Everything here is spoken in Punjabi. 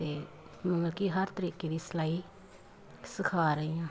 ਅਤੇ ਮਲਕੀ ਹਰ ਤਰੀਕੇ ਦੀ ਸਿਲਾਈ ਸਿਖਾ ਰਹੀ ਹਾਂ